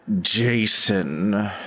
Jason